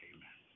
Amen